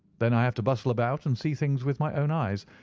then i have to bustle about and see things with my own eyes.